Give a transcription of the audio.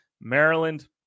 Maryland